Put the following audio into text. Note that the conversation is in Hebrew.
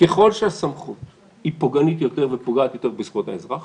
ככל שהסמכות היא פוגענית יותר ופוגעת יותר בזכויות האזרח